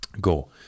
go